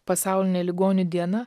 pasaulinė ligonių diena